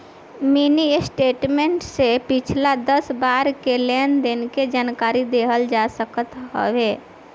mini statement से पिछला दस बार के लेनदेन के जानकारी लेहल जा सकत हवे